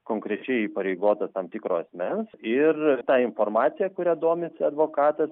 konkrečiai įpareigotas tam tikro asmens ir ta informacija kuria domisi advokatas